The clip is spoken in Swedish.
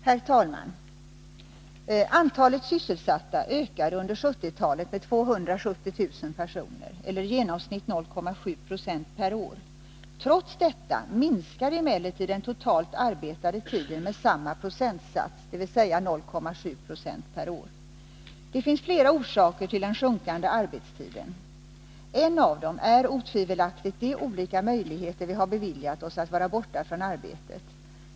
Herr talman! Antalet sysselsatta ökade under 1970-talet med 270 000 personer eller i genomsnitt 0,7 20 per år. Trots detta minskade den totalt arbetade tiden med samma procentsats, dvs. 0,7 9o. Det finns flera orsaker till den sjunkande arbetstiden. En av dem är otvivelaktigt de olika möjligheter vi har beviljat oss att vara borta från arbetet.